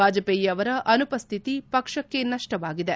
ವಾಜಪೇಯಿ ಅವರ ಅನುಪಸ್ಥಿತಿ ಪಕ್ಷಕ್ಕೆ ನಷ್ಷವಾಗಿದೆ